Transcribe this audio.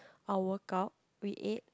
our workout we ate